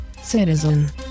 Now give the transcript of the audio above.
citizen